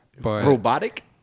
Robotic